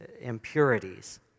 impurities